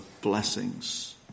blessings